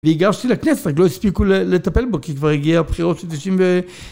והיגבתי לכנסת שלא הספיקו לטפל בו כי כבר הגיעו הבחירות של 90'